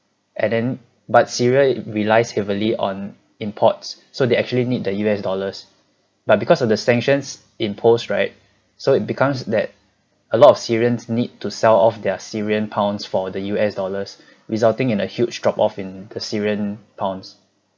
and then but syria it relies heavily on imports so they actually need the U_S dollar's but because of the sanctions imposed right so it becomes that a lot of syrians need to sell off their syrian pounds for the U_S dollar's resulting in a huge drop off in the syrian pounds